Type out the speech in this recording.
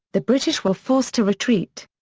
the british were forced to retreat.